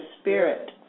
spirit